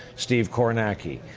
steve kornacki.